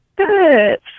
Good